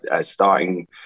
Starting